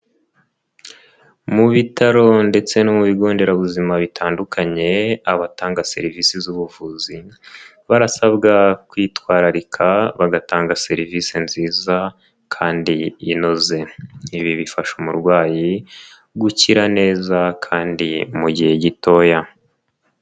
Mu bitaro ndetse no mu bigo nderabuzima bitandukanye abatanga serivisi z'ubuvuzi barasabwa kwitwararika bagatanga serivisi nziza kandi inoze, ibi bifasha umurwayi gukira neza kandi mu gihe gitoya.